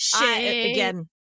again